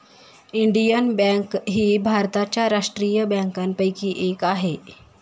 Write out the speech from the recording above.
Indian bank ही भारताच्या राष्ट्रीय बँकांपैकी एक आहे